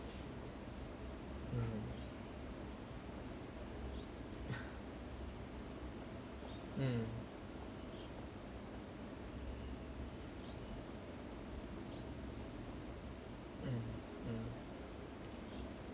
mm mm mm mm